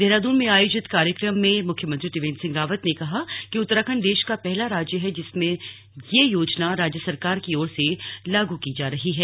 देहरादून में आयोजित कार्यक्रम में मुख्यमंत्री त्रिवेन्द्र सिंह रावत ने कहा कि उत्तराखंड देश का पहला राज्य है जिसमें यह योजना राज्य सरकार की ओर से लागू की जा रही है